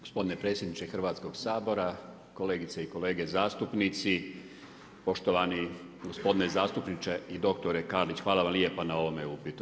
Gospodine predsjedniče Hrvatskog sabora, kolegice i kolege zastupnici, poštovani gospodine zastupniče i doktore Karlić hvala vam lijepa na ovome upitu.